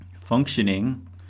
functioning